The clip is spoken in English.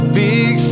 big